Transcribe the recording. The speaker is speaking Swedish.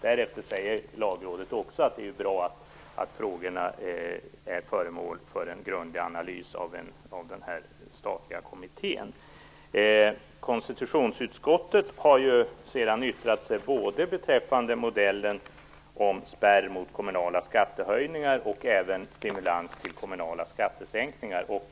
Därefter säger Lagrådet också att det är bra att frågorna är föremål för en grundlig analys av den statliga kommittén. Konstitutionsutskottet har sedan yttrat sig både beträffande modellen med spärr mot kommunala skattehöjningar och modellen med stimulans till kommunala skattesänkningar.